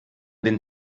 den